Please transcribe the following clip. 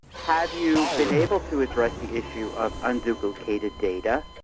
have you been able to address the issue of unduplicated data?